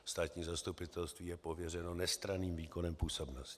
Státní zastupitelství je pověřeno nestranným výkonem působnosti.